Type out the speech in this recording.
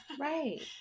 right